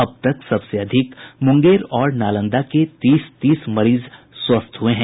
अब तक सबसे अधिक मुंगेर और नालंदा के तीस तीस मरीज स्वस्थ हुए हैं